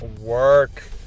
work